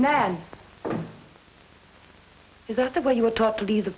now is that the way you were taught to be the